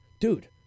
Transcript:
dude